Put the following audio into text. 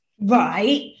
Right